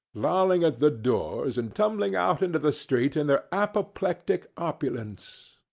lolling at the doors, and tumbling out into the street in their apoplectic opulence.